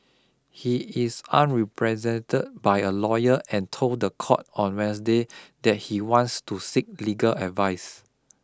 he is unrepresented by a lawyer and told the court on Wednesday that he wants to seek legal advice